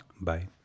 Bye